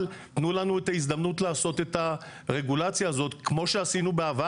תנו לנו את ההזדמנות לעשות את הרגולציה הזאת כמו שעשינו בעבר